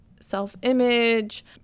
self-image